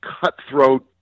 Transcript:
cutthroat